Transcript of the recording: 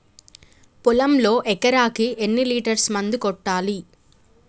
పొలంలో ఎకరాకి ఎన్ని లీటర్స్ మందు కొట్టాలి?